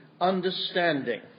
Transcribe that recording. understanding